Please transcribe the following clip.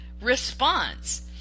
response